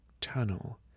tunnel